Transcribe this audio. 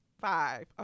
five